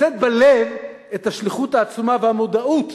לשאת בלב את השליחות העצומה והמודעות